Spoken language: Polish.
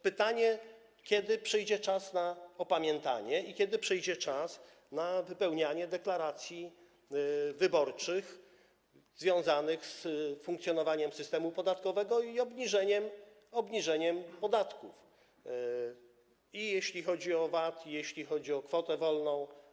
Pytanie, kiedy przyjdzie czas na opamiętanie i kiedy przyjdzie czas na wypełnianie deklaracji wyborczych związanych z funkcjonowaniem systemu podatkowego i obniżeniem podatków, jeśli chodzi o VAT i jeśli chodzi np. o kwotę wolną.